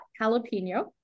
jalapeno